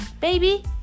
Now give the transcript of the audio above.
baby